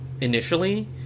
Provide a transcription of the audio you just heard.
initially